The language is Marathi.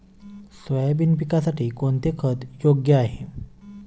सोयाबीन पिकासाठी कोणते खत योग्य आहे?